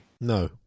No